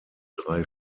drei